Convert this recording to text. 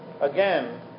Again